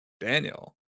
daniel